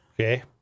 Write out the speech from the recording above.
Okay